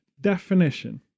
definition